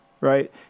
right